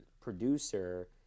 producer